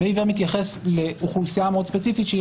דמי עיוור מתייחס לאוכלוסייה מאוד ספציפית שהיא